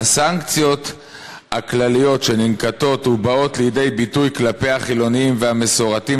הסנקציות הכלליות שננקטות ובאות לידי ביטוי כלפי החילונים והמסורתיים